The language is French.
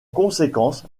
conséquence